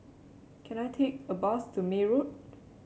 can I take a bus to May Road